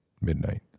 midnight